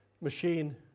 machine